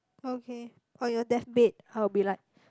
okay oh your death bed I will be like